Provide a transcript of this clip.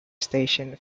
station